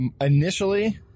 initially